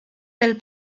del